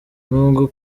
n’ubwo